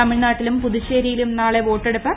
തമിഴ്നാട്ടിലും പുതുച്ചേരിയിലും നാളെ വോട്ടെടുപ്പ്